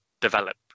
develop